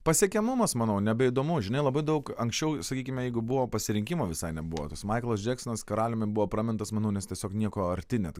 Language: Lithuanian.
pasiekiamumas manau nebeįdomu žinai labai daug anksčiau sakykime jeigu buvo pasirinkimo visai nebuvo tas maiklas džeksonas karaliumi buvo pramintas manau nes tiesiog nieko arti net